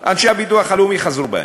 ואנשי הביטוח הלאומי חזרו בהם.